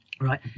Right